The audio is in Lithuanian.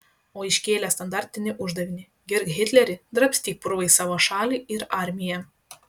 o iškėlė standartinį uždavinį girk hitlerį drabstyk purvais savo šalį ir armiją